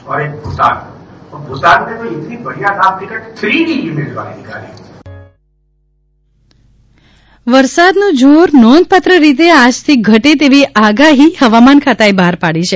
હવામાન વરસાદનું જોર નોંધપાત્ર રીતે આજથી ઘટે તેવી આગાઠી હવામાન ખાતાએ બહાર પાડી છે